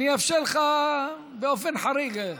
אאפשר לך באופן חריג.